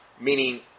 Meaning